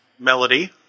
Melody